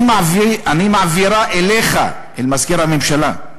אני מעבירה אליך" אל מזכיר הממשלה,